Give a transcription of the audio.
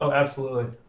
so absolutely.